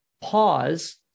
Pause